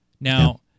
Now